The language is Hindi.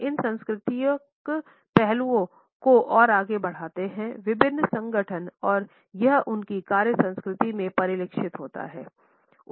इन सांस्कृतिक पहलुओं को और आगे बढ़ाते हैं विभिन्न संगठन और यह उनकी कार्य संस्कृति में परिलक्षित होता है